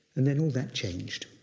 and then all that changed.